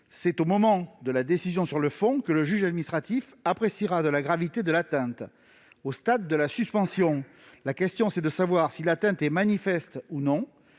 C'est au moment de la décision sur le fond que le juge administratif appréciera de la gravité de l'atteinte. Au stade de la suspension, la question est de savoir si l'atteinte est manifeste ou non.